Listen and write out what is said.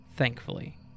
Thankfully